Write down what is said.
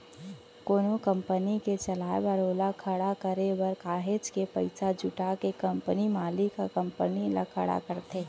कोनो कंपनी के चलाए बर ओला खड़े करे बर काहेच के पइसा जुटा के कंपनी मालिक ह कंपनी ल खड़ा करथे